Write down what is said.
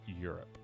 Europe